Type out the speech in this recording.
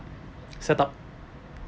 set up